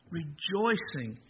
rejoicing